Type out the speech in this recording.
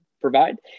provide